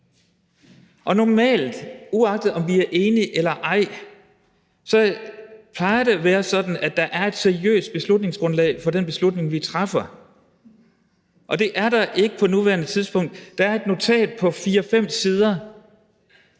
er der. Og uagtet om vi er enige eller ej, plejer det at være sådan, at der er et seriøst beslutningsgrundlag for den beslutning, vi træffer, men det er der ikke på nuværende tidspunkt. Der er et notat på fire-fem sider,